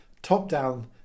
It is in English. top-down